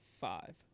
five